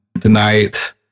tonight